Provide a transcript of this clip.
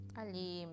ali